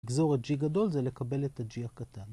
ל‫גזור את G גדול, זה לקבל את ה-G הקטן.